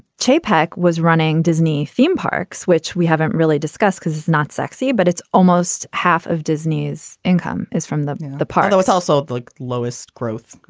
che pack was running disney theme parks, which we haven't really discussed because it's not sexy, but it's almost half of disney's income is from the the park, though. it's also the lowest growth,